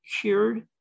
cured